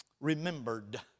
remembered